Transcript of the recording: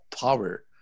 power